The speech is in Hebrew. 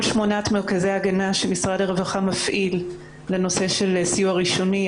כל שמונת מרכזי ההגנה שמשרד הרווחה מפעיל בנושא של סיוע ראשוני,